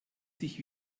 sich